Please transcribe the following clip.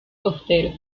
costeros